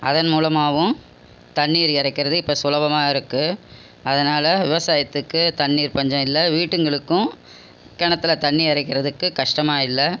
அதன் மூலமாகவும் தண்ணீர் இறைக்கிறது இப்போ சுலபமாக இருக்குது அதனால் விவசாயத்துக்கு தண்ணீர் பஞ்சம் இல்லை வீட்டுங்களுக்கும் கிணத்துல தண்ணி இறைகிறதுக்கு கஷ்டமாக இல்லை